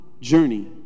journey